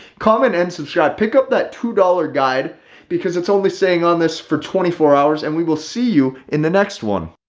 comment and subscribe pick up that two dollars guide because it's only saying on this for twenty four hours and we will see you in the next one.